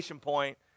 point